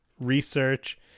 research